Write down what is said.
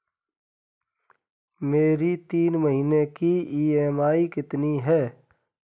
मेरी तीन महीने की ईएमआई कितनी है?